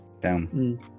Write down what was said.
down